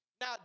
Now